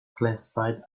classified